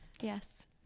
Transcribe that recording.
Yes